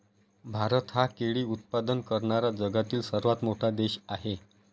भारत हा केळी उत्पादन करणारा जगातील सर्वात मोठा देश आहे